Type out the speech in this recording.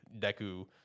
Deku